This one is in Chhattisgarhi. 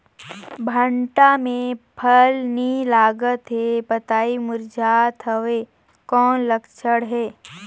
भांटा मे फल नी लागत हे पतई मुरझात हवय कौन लक्षण हे?